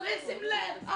צריך לשים לב,